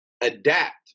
adapt